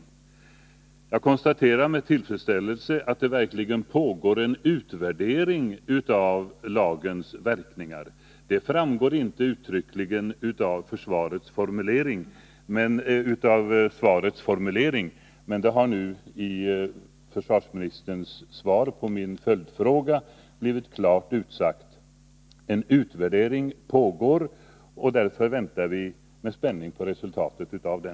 Jag konstaterar med tillfredss ällelse att det verkligen pågår en utvärdering av lagens verkningar. Det framgår inte uttryckligen av svarets formulering, men det har nu i försvarsministerns svar på min följdfråga blivit klart utsagt: En utvärdering pågår. Därför väntar vi med spänning på resultatet av den.